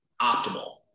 optimal